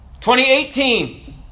2018